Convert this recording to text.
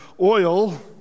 oil